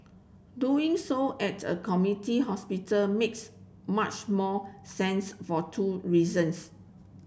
doing so at a community hospital makes much more sense for two reasons